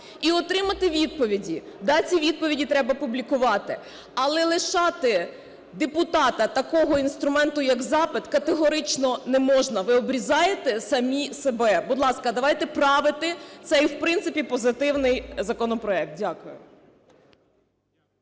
і отримати відповіді. Да, ці відповіді треба публікувати. Але лишати депутата такого інструменту як запит категорично не можна. Ви обрізаєте самі себе. Будь ласка, давайте правити цей в принципі позитивний законопроект. Дякую.